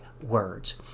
words